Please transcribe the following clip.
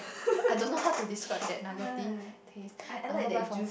I don't know how to describe that nugget ~ty taste I'll go buy for